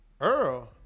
Earl